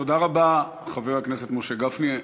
תודה רבה, חבר הכנסת משה גפני.